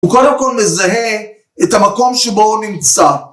הוא קודם כל מזהה את המקום שבו הוא נמצא.